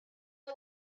but